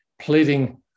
pleading